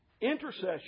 intercession